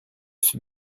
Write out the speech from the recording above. sud